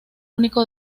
único